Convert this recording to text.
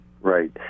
Right